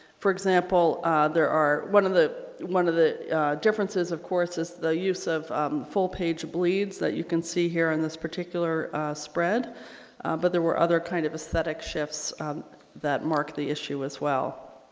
for example there are one of the one of the differences of course is the use of full-page bleeds that you can see here in this particular spread but there were other kind of aesthetic shifts that marked the issue as well